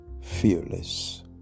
fearless